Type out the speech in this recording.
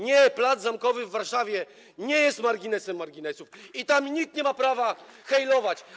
Nie, plac Zamkowy w Warszawie nie jest marginesem marginesów i tam nikt nie ma prawa hajlować.